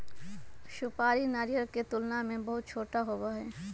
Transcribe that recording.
सुपारी नारियल के तुलना में बहुत छोटा होबा हई